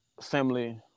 family